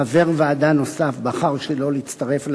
חבר ועדה נוסף בחר שלא להצטרף לוועדה,